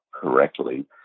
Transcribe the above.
correctly